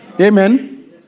Amen